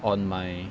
on my